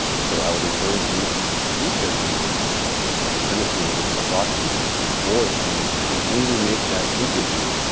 so i would encourage you to reschedule your appointment and send us those original documents, or if you can only make that interview,